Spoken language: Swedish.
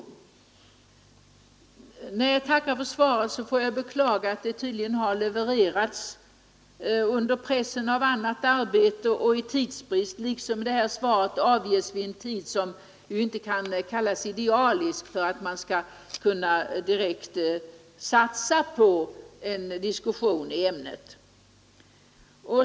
När jag tackar för svaret beklagar jag samtidigt att det tydligen levererats under pressen av annat arbete och under tidsbrist och att svaret har avgivits vid en tidpunkt som inte kan kallas idealisk för den som vill satsa på diskussion i ämnet.